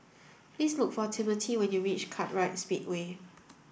please look for Timothy when you reach Kartright Speedway